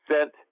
sent